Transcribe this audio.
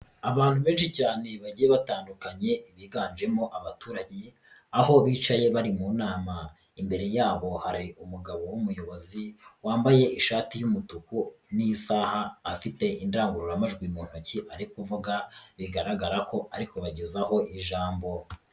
Abantu benshi cyane bagiye batandukanye biganjemo abaturage, aho bicaye bari mu nama imbere yabo hari umugabo w'umuyobozi wambaye ishati y'umutuku n'isaha, afite indangururamajwi mu ntoki ari kuvuga, bigaragara ko ari kubabagezaho ijambo.